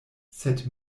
sed